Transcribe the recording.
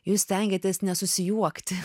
jūs stengiatės nesusijuokti